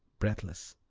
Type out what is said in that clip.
breathless,